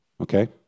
okay